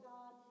God